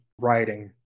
writing